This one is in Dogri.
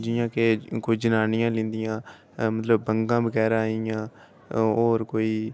जि'यां के कोई जनानियें दियां बंग्गां मतलब बगैरा आई गेइयां होर कोई